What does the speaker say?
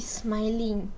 smiling